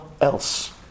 else